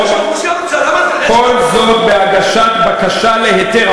כל זאת בהגשת בקשה להיתר,